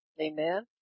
amen